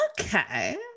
Okay